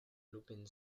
l’open